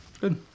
Good